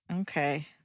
Okay